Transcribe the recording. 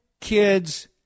kids